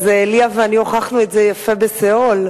ליה ואני הוכחנו את זה יפה בסיאול,